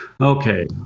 Okay